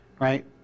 right